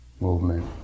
movement